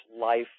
life